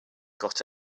got